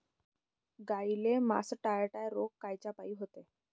गाईले मासटायटय रोग कायच्यापाई होते?